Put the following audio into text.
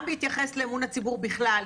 גם בהתייחס לאמון הציבור בכלל,